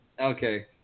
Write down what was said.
Okay